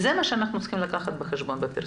זה מה שאנחנו צריכים לקחת בחשבון בפרסום.